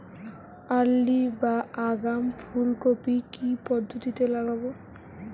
Early বা আগাম ফুল কপি কি পদ্ধতিতে লাগাবো?